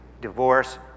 divorce